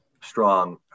strong